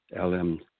lm